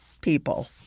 people